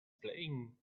playing